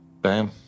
Bam